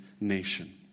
nation